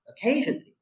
occasionally